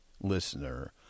listener